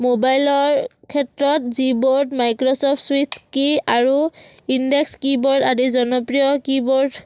মোবাইলৰ ক্ষেত্ৰত Gboard Microsoft SwiftKey আৰু ইণ্ডেক্স কীবৰ্ড আদি জনপ্ৰিয় কীবোৰ্ড